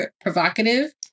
provocative